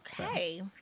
Okay